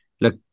look